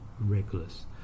Regulus